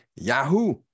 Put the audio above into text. Yahoo